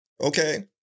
okay